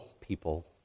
people